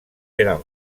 eran